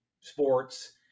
sports